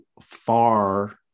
far